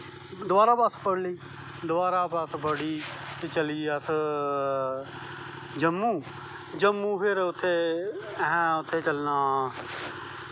दवारा बस फड़ी लेई दवारा बस फड़ी ते चली गे अस जम्मू फिर जम्मू उत्थें अहैं उत्थें चलनां